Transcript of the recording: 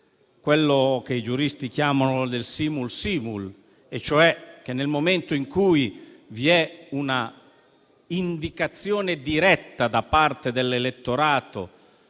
che i giuristi chiamano del *simul simul*: nel momento in cui vi è l'indicazione diretta da parte dell'elettorato